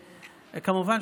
כמובן,